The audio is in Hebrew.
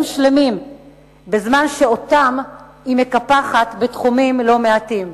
שלמים בזמן שאותם היא מקפחת בתחומים לא מעטים.